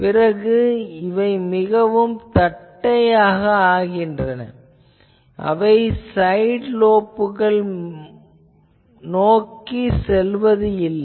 பிறகு இவை மிகவும் தட்டையாக ஆகின்றன இவை சைட் லோப்கள் நோக்கி செல்வதில்லை